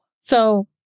So-